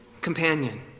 companion